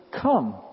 come